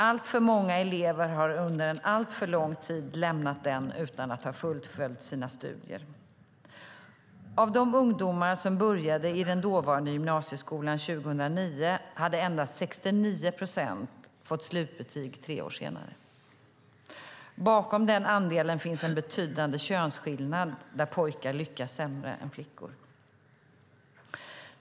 Alltför många elever har under en alltför lång tid lämnat den utan att ha fullföljt sina studier. Av de ungdomar som började i den dåvarande gymnasieskolan 2009 hade endast 69 procent fått slutbetyg tre år senare. Bakom den andelen finns en betydande könsskillnad där pojkar lyckas sämre än flickor.